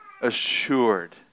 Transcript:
assured